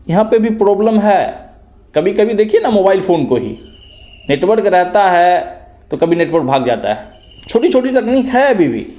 यहाँ पे भी प्रोबलम है कभी कभी देखिए ना मोबाइल फ़ोन को ही नेटवर्क रहता है तो कभी नेटवर्क भाग जाता है छोटी छोटी तकनीक है अभी भी